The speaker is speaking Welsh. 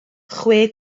chwe